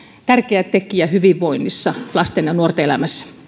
tärkeä tekijä hyvinvoinnissa lasten ja nuorten elämässä